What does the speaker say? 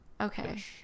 Okay